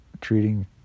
treating